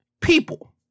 People